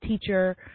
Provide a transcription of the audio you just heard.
teacher